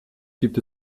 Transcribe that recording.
gibt